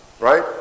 Right